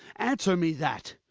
answer me that!